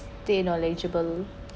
de knowledgeable